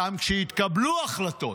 גם כשהתקבלו החלטות